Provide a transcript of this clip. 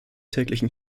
täglichen